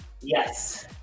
Yes